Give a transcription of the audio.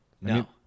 No